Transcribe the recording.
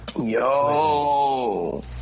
Yo